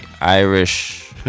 Irish